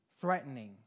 threatening